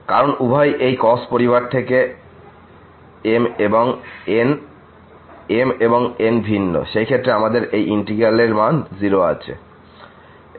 কারণ উভয়ই এই cos পরিবার থেকে m এবং এই n m এবং n ভিন্ন সেই ক্ষেত্রে আমাদের এই িন্টিগ্র্যাল এর মান 0 আছে